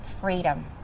freedom